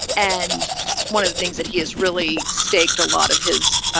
and one of the things that he has really staked a lot of his